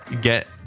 get